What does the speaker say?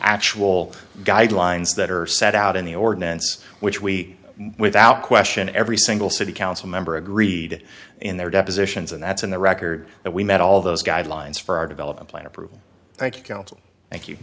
actual guidelines that are set out in the ordinance which we without question every single city council member agreed in their depositions and that's in the record that we met all those guidelines for our development plan approval thank you counsel thank you